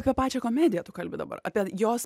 apie pačią komediją tu kalbi dabar apie jos